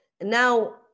now